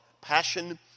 passion